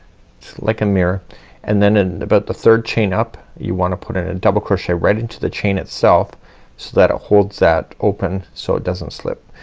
like a mirror and then in about the third chain up you wanna put in a double crochet right into the chain itself so that it holds that open so it doesn't slip.